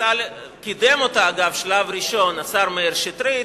קידם אותה בשלב הראשון השר מאיר שטרית,